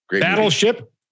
battleship